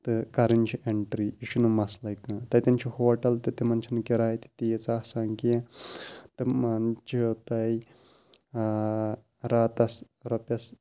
تہٕ کَرٕنۍ چھےٚ اینٹری یہِ چھُنہٕ مَسلے کانٛہہ تَتٮ۪ن چھُ ہوٹَل تہِ تِمن چھنہٕ کِراے تہِ تیٖژ آسان کیٚنٛہہ تِمن چھِ تۄہہِ آ راتَس رۄپِیَس